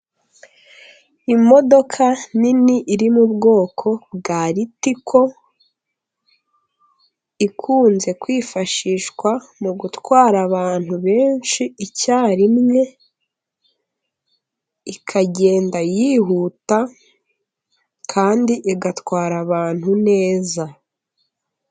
Imodoka nini iri mu bwoko bwa litico, ikunze kwifashishwa mu gutwara abantu benshi icyarimwe, ikagenda yihuta kandi igatwara abantu neza.